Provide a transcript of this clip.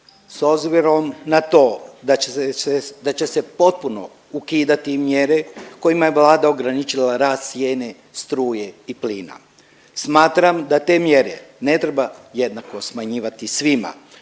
obzirom na to da će se potpuno ukidati mjere kojima je Vlada ograničila rast cijene struje i plina, smatram da te mjere ne treba jednako smanjivati svima.